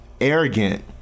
arrogant